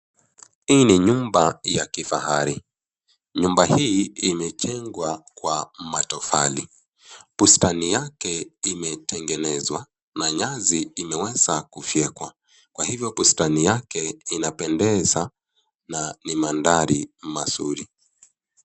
Hii ni nyumba ya kifahari. Nyumba hii imejengwa kwa matofali. Bustani yake imetengenezwa na nyasi imewezwa kufyekwa, kwa hivyo bustani yake inapendeza na ni mandhari mazuri.